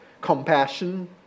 compassion